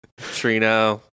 Trino